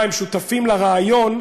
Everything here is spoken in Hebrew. הם שותפים לציונות,